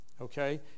Okay